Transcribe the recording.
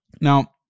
Now